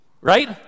right